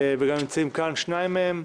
וגם נמצאים כאן שניים מהם,